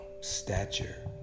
stature